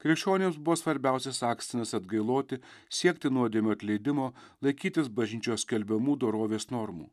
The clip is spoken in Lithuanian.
krikščionims buvo svarbiausias akstinas atgailoti siekti nuodėmių atleidimo laikytis bažnyčios skelbiamų dorovės normų